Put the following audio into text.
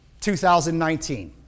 2019